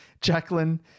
Jacqueline